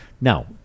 now